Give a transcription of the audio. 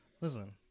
Listen